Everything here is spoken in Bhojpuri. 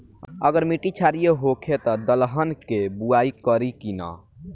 अगर मिट्टी क्षारीय होखे त दलहन के बुआई करी की न?